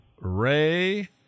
Ray